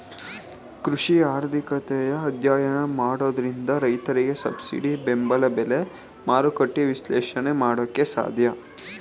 ಕೃಷಿ ಆರ್ಥಿಕತೆಯ ಅಧ್ಯಯನ ಮಾಡೋದ್ರಿಂದ ರೈತರಿಗೆ ಸಬ್ಸಿಡಿ ಬೆಂಬಲ ಬೆಲೆ, ಮಾರುಕಟ್ಟೆ ವಿಶ್ಲೇಷಣೆ ಮಾಡೋಕೆ ಸಾಧ್ಯ